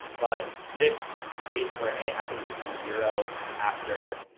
but this case where a happened to become zero, after